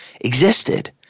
existed